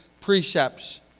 precepts